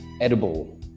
edible